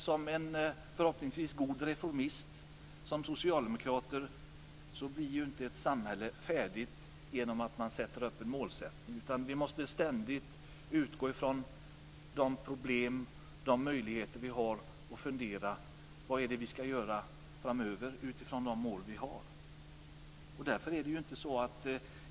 Som den förhoppningsvis goda reformist som jag som socialdemokrat betraktar mig som, anser jag inte att ett samhälle blir färdigt genom att man sätter upp en målsättning. Man måste ständigt utgå från de problem och de möjligheter som finns och fundera över vad man skall göra framöver utifrån de fastställda målen.